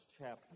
chapter